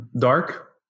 Dark